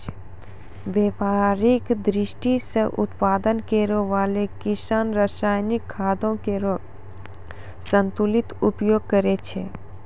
व्यापारिक दृष्टि सें उत्पादन करै वाला किसान रासायनिक खादो केरो संतुलित उपयोग करै छै